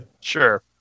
Sure